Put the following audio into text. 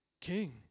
king